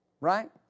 Right